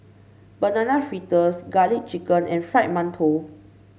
Banana Fritters garlic chicken and Fried Mantou